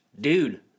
Dude